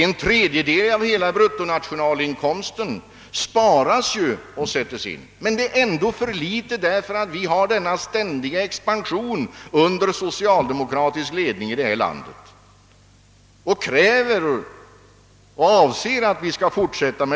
En tredjedel av hela bruttonationalinkomsten sparas ju och sätts in. Men det är ändå för litet på grund av den ständiga expansionen under socialdemokratisk ledning i detta land. Vi kräver och avser att den skall fortsätta.